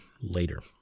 later